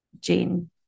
Jane